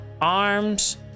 arms